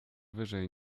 wyżej